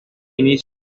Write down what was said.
inician